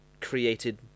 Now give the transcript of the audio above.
created